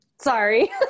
sorry